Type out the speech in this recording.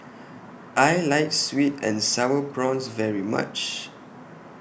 I like Sweet and Sour Prawns very much